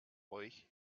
euch